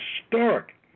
historic